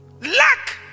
Luck